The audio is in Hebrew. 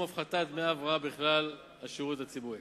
הפחתת דמי ההבראה בכלל השירות הציבורי.